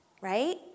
right